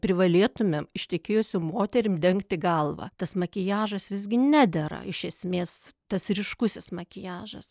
privalėtume ištekėjusiom moterim dengti galvą tas makiažas visgi nedera iš esmės tas ryškusis makiažas